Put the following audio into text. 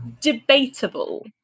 debatable